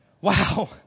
Wow